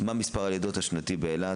מה מספר הלידות השנתי באילת?